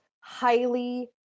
highly